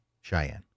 Cheyenne